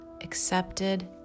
accepted